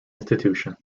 institution